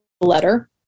letter